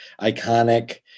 iconic